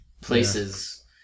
places